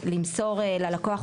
למסור ללקוח,